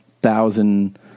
thousand